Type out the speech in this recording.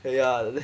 ya